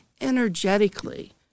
energetically